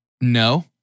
no